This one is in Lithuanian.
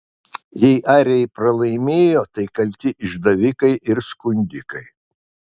jei airiai pralaimėjo tai kalti išdavikai ir skundikai